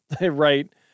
Right